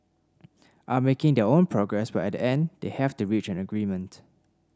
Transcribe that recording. are making their own progress but at the end they will have to reach an agreement